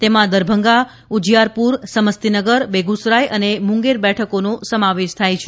તેમાં દરભંગા ઉજીયારપુર સમસ્તીનગર બેગુસરાઈ અને મુંગેર બેઠકોનો સમાવેશ થાય છે